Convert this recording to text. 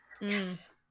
Yes